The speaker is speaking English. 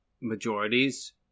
majorities